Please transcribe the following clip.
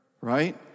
Right